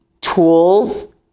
tools